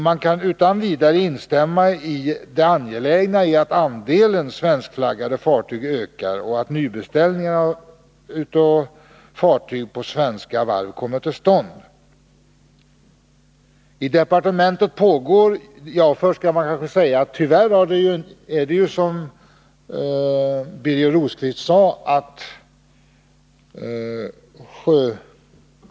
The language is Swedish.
Man kan utan vidare hålla med om det angelägna i att andelen svenskflaggade fartyg ökar och att nybeställningar av fartyg på svenska varv kommer till stånd. Tyvärr är det som Birger Rosqvist sade.